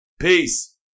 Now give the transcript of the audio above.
peace